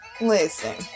listen